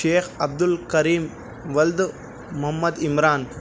شیخ عبدالکریم ولد محمد عمران